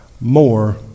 more